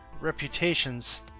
reputations